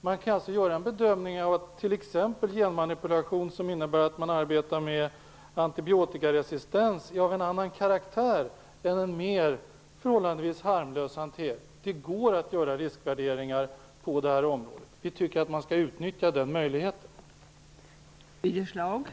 Man kan göra en bedömning t.ex. av att genmanipulation som innebär att man arbetar med antibiotikaresistens är av en annan karaktär jämfört med en mera förhållandevis harmlös hantering. Det går alltså att göra riskvärderingar på detta område, och vi tycker att den möjligheten skall utnyttjas.